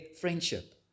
friendship